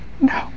no